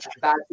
bad